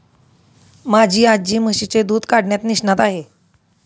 माझी आजी म्हशीचे दूध काढण्यात निष्णात आहे